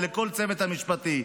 ולכל הצוות המשפטי.